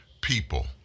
people